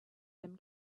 them